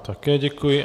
Také děkuji.